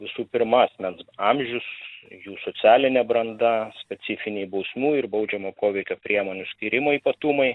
visų pirma asmens amžius jų socialinė branda specifiniai bausmių ir baudžiamojo poveikio priemonių skyrimo ypatumai